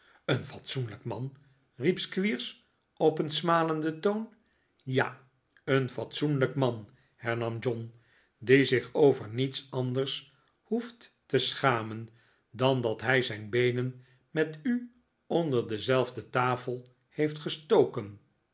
een fatsoenlijk man riep squeers op een smalenden toon ja een fatsoenlijk man hernam john die zich over niets anders hoeft te schamen dan dat hij zijn beenen met u onder dezelfde tafel heeft gestoken